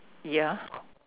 ya